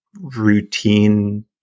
routine